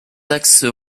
axes